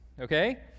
okay